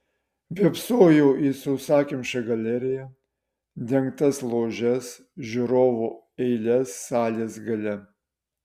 vėpsojau į sausakimšą galeriją dengtas ložes žiūrovų eiles salės gale